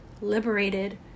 liberated